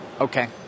Okay